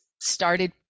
started